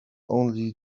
only